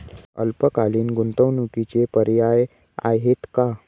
अल्पकालीन गुंतवणूकीचे पर्याय आहेत का?